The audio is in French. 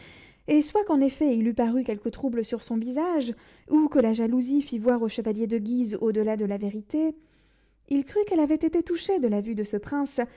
et soit qu'en effet il eût paru quelque trouble sur son visage ou que la jalousie fit voir au chevalier de guise au-delà de la vérité il crut qu'elle avait été touchée de la vue de ce prince